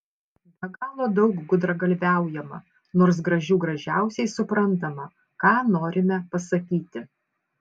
be galo daug gudragalviaujama nors gražių gražiausiai suprantama ką norime pasakyti